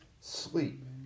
sleep